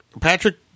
Patrick